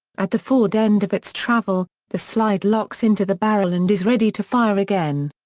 at the forward end of its travel, the slide locks into the barrel and is ready to fire again.